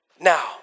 now